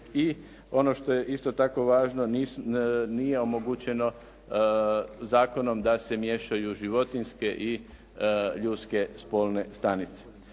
i ono što je isto tako važno nije omogućeno zakonom da se miješaju životinjske i ljudske spolne stanice.